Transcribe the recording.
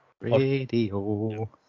Radio